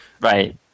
Right